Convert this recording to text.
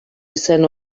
izen